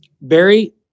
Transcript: Barry